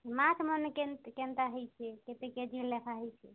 ମାଛ୍ମାନେ କେନ୍ତା ହେଇଛେ କେତେ କେ ଜି ଲେଖା ହେଇଛେ